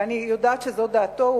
ואני יודעת שזו דעתו,